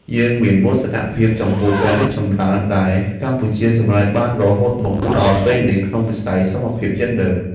យើងមានមោទនភាពចំពោះការរីកចម្រើនដែលកម្ពុជាសម្រេចបានរហូតមកដល់ពេលនេះក្នុងវិស័យសមភាពយេនឌ័រ។